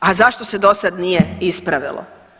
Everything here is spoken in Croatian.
A zašto se dosad nije ispravilo?